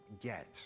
get